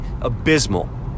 abysmal